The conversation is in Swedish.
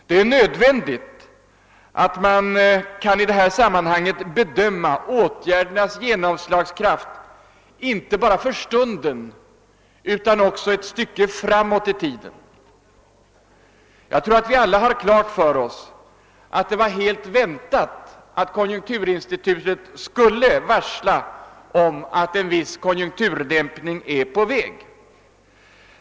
Det är nödvändigt att i det här sammanhanget bedöma åtgärdernas genomslagskraft inte bara för stunden utan också ett stycke framåt i tiden. Jag tror att vi alla väntade att konjunkturinstitutet skulle varsla om att en viss konjunkturdämpning är på väg.